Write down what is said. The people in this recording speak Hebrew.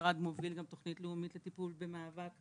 המשרד מוביל גם תוכנית לאומית לטיפול במאבק